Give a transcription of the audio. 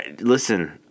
listen